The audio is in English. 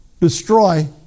destroy